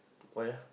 why ah